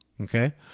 okay